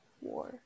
war